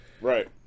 right